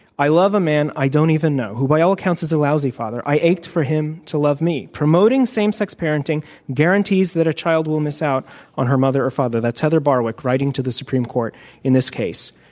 i love a man i don't even know who, by all counts, is a lousy father. i ached for him to love me. promoting same sex parenting guarantees that a child will miss out on her mother or father. that's heather barwick writing to the supreme court in this case.